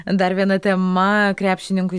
dar viena tema krepšininkui